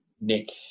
Nick